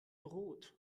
brot